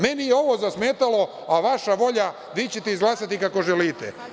Meni je ovo zasmetalo, a vaša volja, vi ćete izglasati kako želite.